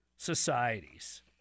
societies